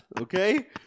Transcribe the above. okay